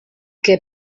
que